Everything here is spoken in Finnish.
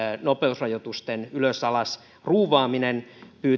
nopeus rajoitusten ylös ja alas ruuvaaminen